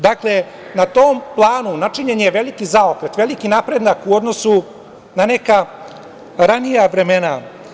Dakle, na tom planu načinjen je veliki zaokret, veliki napredak u odnosu na neka ranija vremena.